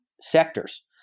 sectors